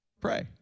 pray